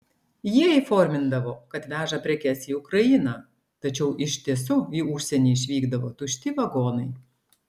jie įformindavo kad veža prekes į ukrainą tačiau iš tiesų į užsienį išvykdavo tušti vagonai